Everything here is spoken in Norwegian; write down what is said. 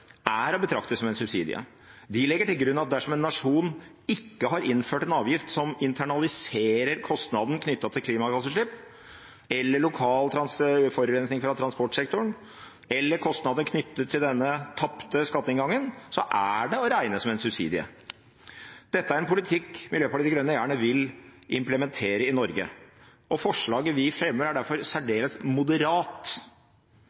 er å betrakte som en subsidie. De legger til grunn at dersom en nasjon ikke har innført en avgift som internaliserer kostnaden knyttet til klimagassutgift eller kostnader knyttet til denne tapte skatteinngangen, er det å regne som en subsidie. Dette er en politikk Miljøpartiet De Grønne gjerne vil implementere i Norge, og forslaget vi fremmer, er derfor